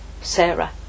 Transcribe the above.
Sarah